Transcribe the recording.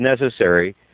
necessary